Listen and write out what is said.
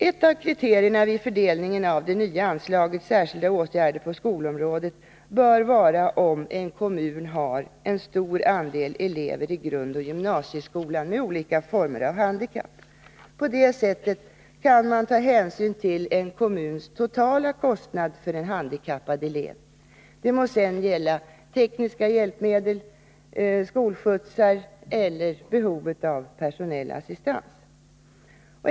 Ett av kriterierna vid fördelningen av det nya anslaget Särskilda åtgärder på skolområdet bör vara om en kommun har en stor andel elever i grundoch gymnasieskolan med olika former av handikapp. På det sättet kan man ta hänsyn till en kommuns totala kostnad för en handikappad elev — det må sedan gälla tekniska hjälpmedel, skolskjutsar eller behovet av personell assistans.